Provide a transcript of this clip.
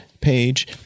page